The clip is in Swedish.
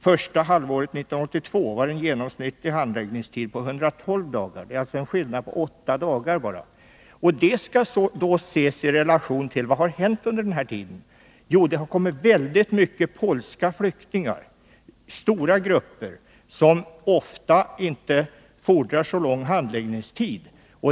Första halvåret 1982 var den genomsnittliga handläggningstiden 112 dagar. Det är alltså en skillnad på bara 8 dagar. Det skall ses i relation till vad som har hänt under den här tiden. Vi har nämligen fått väldigt många polska flyktingar. Det rör sig om stora grupper och ärenden som ofta inte fordrar så lång handläggningstid.